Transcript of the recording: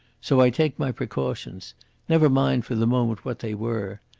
so i take my precautions never mind for the moment what they were.